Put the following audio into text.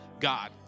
God